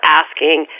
asking